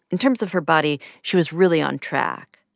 in terms of her body, she was really on track.